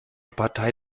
partei